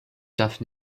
darf